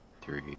three